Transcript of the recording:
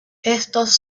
estos